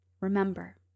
remember